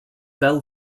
bell